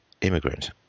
immigrant